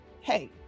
hey